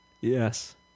Yes